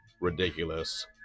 Ridiculous